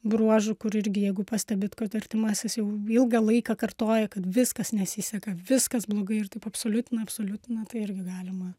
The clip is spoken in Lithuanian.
bruožų kur irgi jeigu pastebit kad artimasis jau ilgą laiką kartoja kad viskas nesiseka viskas blogai ir taip absoliutina absoliutina tai irgi galima